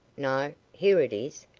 no! here it is.